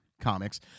comics